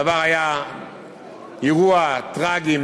הדבר היה אירוע טרגי,